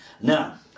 Now